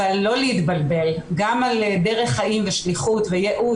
אבל לא להתבלבל: גם על דרך חיים ושליחות וייעוד